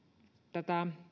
tätä